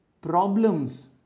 problems